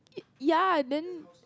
ya then